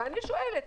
אני שואלת: